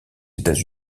états